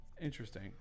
interesting